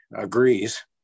agrees